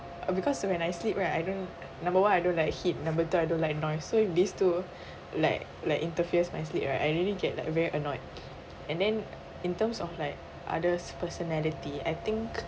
because of when I sleep right I don't number one I don't like heat number two I don't like noise so if these two like like interferes my sleep right I really get like very annoyed and then in terms of like others personality I think